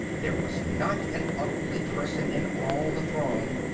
there was not an ugly person in all the throng,